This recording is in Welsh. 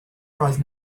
roedd